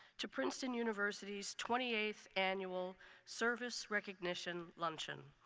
to princeton university's twenty eighth annual service recognition luncheon.